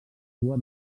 cua